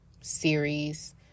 series